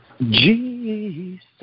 Jesus